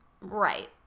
Right